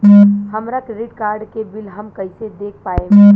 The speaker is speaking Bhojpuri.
हमरा क्रेडिट कार्ड के बिल हम कइसे देख पाएम?